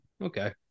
Okay